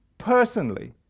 personally